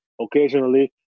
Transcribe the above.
occasionally